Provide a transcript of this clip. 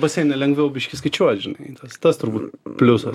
baseine lengviau biškį skaičiuot žinai tas tas turbūt pliusas